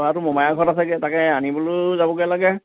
ল'ৰাটো মোমায়েকৰ ঘৰত আছেগে তাকে আনিবলৈও যাবগে লাগে